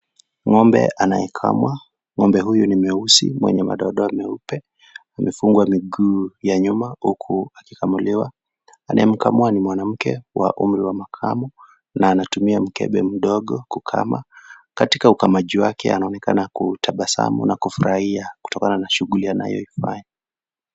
Ng'ombe anayekamwa , ng'ombe huyu ni mweusi mwenye madoadoa meupe amefungwa miguu ya nyuma huku akikamuliwa . Anayemkamua ni mwanamke wa umri wa makamu na anatumia mkebe mdogo kukama . katika ukamaji wake anaonekana kutabasamu na kufurahia kutokana na shughuli anayoifanya.